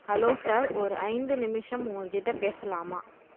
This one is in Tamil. ஹலோ சார் ஒரு ஐந்து நிமிஷம் உங்கள் கிட்டே பேசலாமா